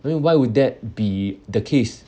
then why would that be the case